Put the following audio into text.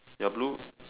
your blue